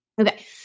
okay